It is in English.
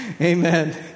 Amen